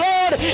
Lord